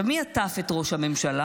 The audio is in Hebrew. מי עטף את ראש הממשלה?